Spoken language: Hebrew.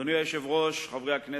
אדוני היושב-ראש, חברי הכנסת,